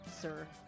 sir